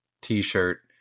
t-shirt